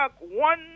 One